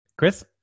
Chris